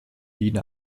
wien